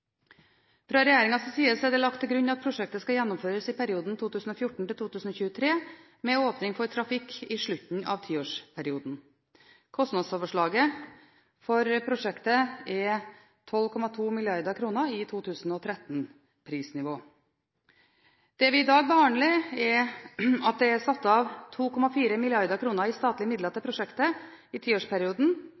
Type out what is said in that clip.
Fra regjeringens side er det lagt til grunn at prosjektet skal gjennomføres i perioden 2014–2023, med åpning for trafikk i slutten av tiårsperioden. Kostnadsoverslaget for prosjektet er 12,2 mrd. kr i 2013-prisnivå. Det vi behandler i dag, er at det er satt av 2,4 mrd. kr i statlige midler til prosjektet i tiårsperioden,